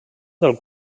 del